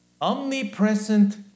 omnipresent